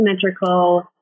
symmetrical